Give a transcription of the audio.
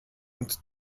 und